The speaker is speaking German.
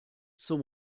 zum